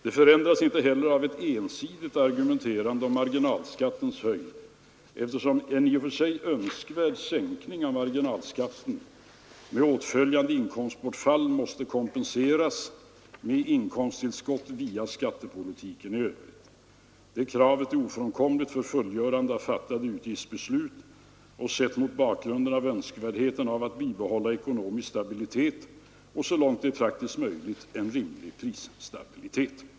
Det förändras inte heller av ett ensidigt argumenterande om marginalskattens höjd, eftersom en i och för sig önskvärd sänkning av marginalskatten med åtföljande inkomstbortfall måste kompenseras med inkomsttillskott via skattepolitiken i övrigt. Det kravet är ofrånkomligt för fullgörandet av fattade utgiftsbeslut och sett mot bakgrunden av önskvärdheten av att bibehålla ekonomisk stabilitet och så långt det är praktiskt möjligt prisstabilitet.